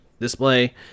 display